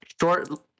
short